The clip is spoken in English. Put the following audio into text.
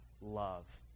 love